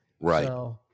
Right